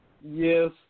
Yes